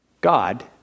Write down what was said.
God